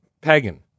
Pagan